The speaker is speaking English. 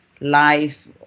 life